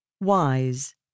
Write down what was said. wise